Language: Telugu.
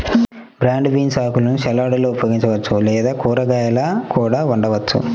బ్రాడ్ బీన్స్ ఆకులను సలాడ్లలో ఉపయోగించవచ్చు లేదా కూరగాయలా కూడా వండవచ్చు